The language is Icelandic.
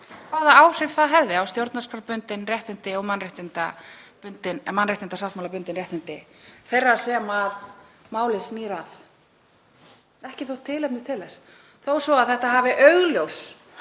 hvaða áhrif það hefði á stjórnarskrárbundin réttindi og mannréttindasáttmálabundin réttindi þeirra sem málið snýr að. Það hafi ekki þótt tilefni til þess þó svo að málið hafi augljós